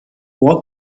what